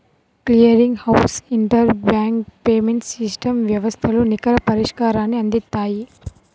clearing house interbank payments system వ్యవస్థలు నికర పరిష్కారాన్ని అందిత్తాయి